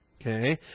Okay